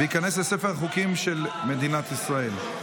וייכנס לספר החוקים של מדינת ישראל.